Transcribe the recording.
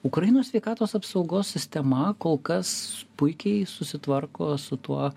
ukrainos sveikatos apsaugos sistema kol kas puikiai susitvarko su tuo